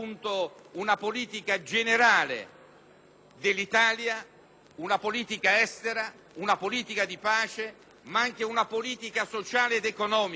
Grazie,